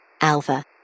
Alpha